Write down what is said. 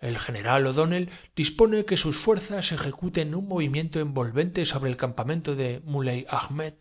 se advierte es que los cadáveres se in cuten un movimiento envolvente sobre el campamento corporan de muley ahmed